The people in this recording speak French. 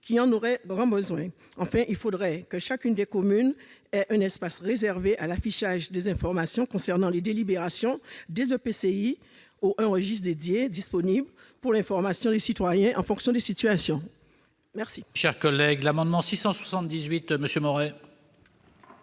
eu de formation spécifique. Enfin, il faudrait que chacune des communes réserve un espace pour l'affichage des informations concernant les délibérations des EPCI ou un registre dédié disponible pour l'information des citoyens en fonction des situations.